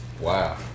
Wow